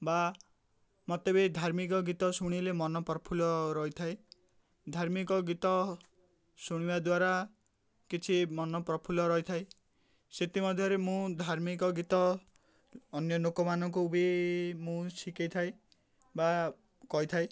ବା ମୋତେ ବି ଧାର୍ମିକ ଗୀତ ଶୁଣିଲେ ମନ ପ୍ରଫୁଲ୍ଲ ରହିଥାଏ ଧାର୍ମିକ ଗୀତ ଶୁଣିବା ଦ୍ୱାରା କିଛି ମନ ପ୍ରଫୁଲ୍ଲ ରହିଥାଏ ସେଥିମଧ୍ୟରେ ମୁଁ ଧାର୍ମିକ ଗୀତ ଅନ୍ୟ ଲୋକମାନଙ୍କୁ ବି ମୁଁ ଶିଖାଇ ଥାଏ ବା କହିଥାଏ